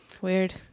Weird